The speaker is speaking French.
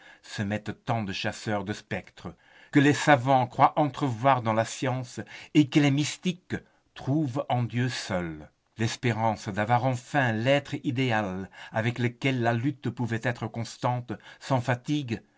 se mettent tant de chasseurs de spectres que les savants croient entrevoir dans la science et que les mystiques trouvent en dieu seul l'espérance d'avoir enfin l'être idéal avec lequel la lutte pouvait être constante sans fatigue